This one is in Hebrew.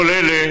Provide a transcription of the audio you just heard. כל אלה